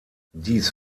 dies